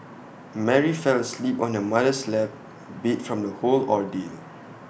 Mary fell asleep on her mother's lap beat from the whole ordeal